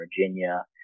Virginia